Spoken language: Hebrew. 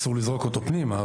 אסור לזרוק אותו פנימה,